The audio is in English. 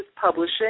Publishing